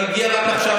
אבל רק עכשיו הגיעה השרה.